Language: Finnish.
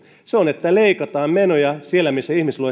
se on että leikataan menoja sieltä missä ihmisillä